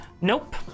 Nope